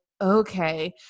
okay